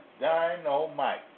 dynamite